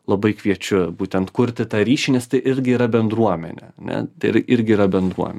labai kviečiu būtent kurti tą ryšį nes tai irgi yra bendruomenė ne tai irgi yra bendruomenė